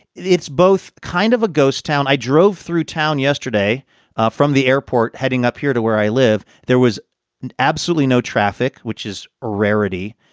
it's both kind of a ghost town. i drove through town yesterday from the airport heading up here to where i live. there was absolutely no traffic, which is a rarity.